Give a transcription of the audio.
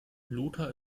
lothar